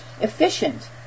Efficient